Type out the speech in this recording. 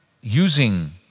using